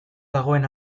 dagoen